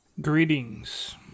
Greetings